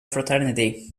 fraternity